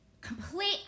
complete